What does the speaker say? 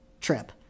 trip